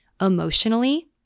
emotionally